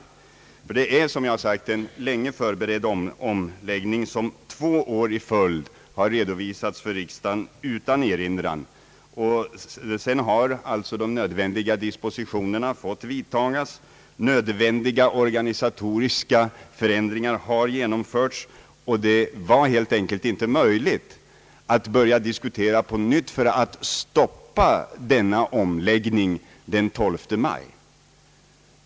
Det är ju, som jag sagt, här fråga om en sedan länge förberedd omläggning, som två år i följd har redovisats för riksdagen utan erinran. Därefter har nödvändiga dispositioner vidtagits och nödvändiga organisatoriska förändringar genomförts. Det var helt enkelt inte möjligt att genomföra någon ny ordning beträffande handläggningen före den 12 maj.